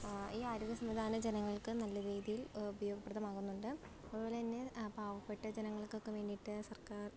ഈ ആരോഗ്യ സംവിധാനം ജനങ്ങൾക്ക് നല്ല രീതിയിൽ ഉപയോഗപ്രദമാകുന്നുണ്ട് അതുപോലെ തന്നെ പാവപ്പെട്ട ജനങ്ങൾക്കൊക്കെ വേണ്ടിയിട്ട് സർക്കാർ